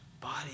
body